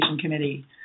committee